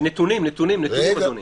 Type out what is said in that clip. ונתונים, נתונים, נתונים, אדוני.